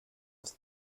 the